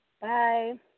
Bye